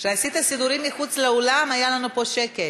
כשעשית סידורים מחוץ לאולם היה לנו פה שקט.